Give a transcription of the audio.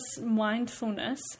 mindfulness